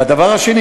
והדבר השני,